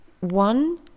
one